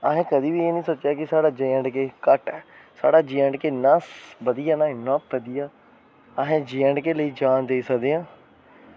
असें एह् कदें निं सोचेआ की साढ़ा जेएंडके घट्ट ऐ साढ़ा जेएंडके इन्ना बधिया ना इन्ना बधिया अस जेएंडके लेई जान दे सकदे आं